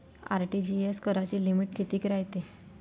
RTGS कराची limit कितीक रायते?